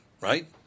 Right